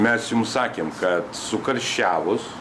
mes jum sakėm kad sukarščiavus